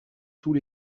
tous